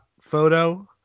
photo